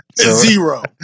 Zero